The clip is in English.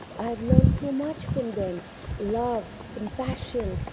i've learned so much from them love, compassion,